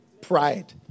Pride